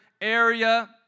area